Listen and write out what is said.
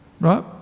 right